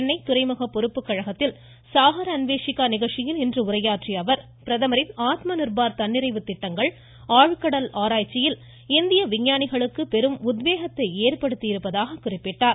சென்னை துறைமுக பொறுப்புக்கழகத்தில் சாகர் அன்வேஷிகா நிகழ்ச்சியில் இன்று உரையாற்றிய அவர் பிரதமரின் ஆத்ம நிர்பார் தன்னிறைவு திட்டங்கள் ஆழ்கடல் ஆராய்ச்சியில் இந்திய விஞ்ஞானிகளுக்கு பெரும் உத்வேகத்தை ஏற்படுத்தியிருப்பதாக குறிப்பிட்டார்